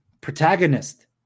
Protagonist